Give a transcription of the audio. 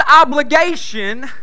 obligation